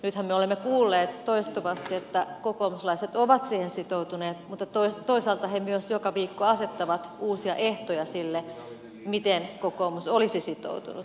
nythän me olemme kuulleet toistuvasti että kokoomuslaiset ovat siihen sitoutuneita mutta toisaalta he myös joka viikko asettavat uusia ehtoja sille miten kokoomus olisi sitoutunut